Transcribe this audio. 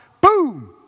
boom